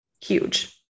huge